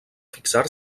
fixar